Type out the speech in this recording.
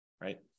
right